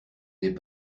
n’est